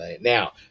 Now